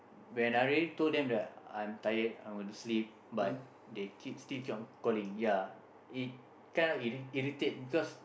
when I already told them that I'm tired I want to sleep but they keep still keep on calling ya it kind of irri~ irritate because